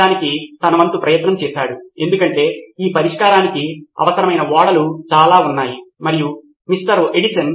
కాబట్టి ఇప్పుడు అది పాఠశాల మౌలిక సదుపాయాలపై ఆధారపడదు ఈ ప్రత్యేకమైన అప్లికషన్ పొందడానికి విద్యార్థులకు ఇంట్లో అవసరమైన మౌలిక సదుపాయాలు ఉన్నాయా అనే దానిపై మాత్రమే ఆధారపడి ఉంటుంది